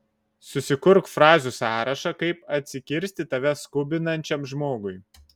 susikurk frazių sąrašą kaip atsikirsti tave skubinančiam žmogui